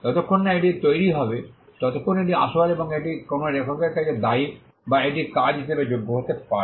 যতক্ষণ না এটি তৈরি হবে ততক্ষণ এটি আসল এবং এটি কোনও লেখকের কাছে দায়ী যা এটি কাজ হিসাবে যোগ্য হতে পারে